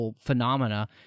phenomena